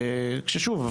שוב,